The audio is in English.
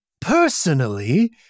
Personally